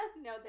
No